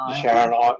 Sharon